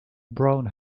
brown